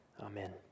Amen